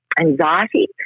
anxiety